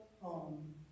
home